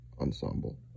ensemble